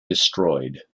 destroyed